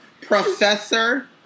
Professor